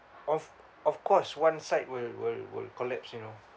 of of course one side will will will collapse you know